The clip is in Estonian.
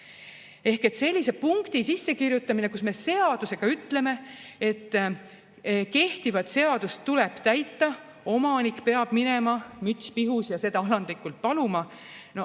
Ehk sellise punkti sissekirjutamine, kus me seadusega ütleme, et kehtivat seadust tuleb täita, omanik peab minema, müts pihus, ja seda alandlikult paluma – no